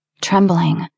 trembling